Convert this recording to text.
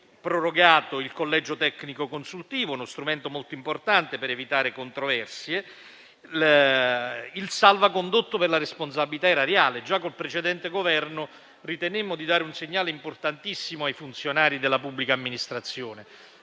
il collegio tecnico-consultivo, uno strumento molto importante per evitare controversie, così come il salvacondotto per la responsabilità erariale. Già col precedente Governo ritenemmo di dare un segnale importantissimo ai funzionari della pubblica amministrazione: